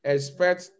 Expect